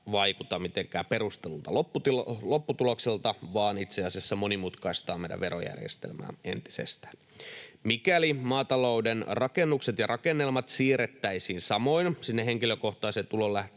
mitenkään perustellulta lopputulokselta vaan itse asiassa monimutkaistaa meidän verojärjestelmää entisestään. Mikäli maatalouden rakennukset ja rakennelmat siirrettäisiin samoin sinne henkilökohtaiseen